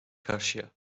karşıya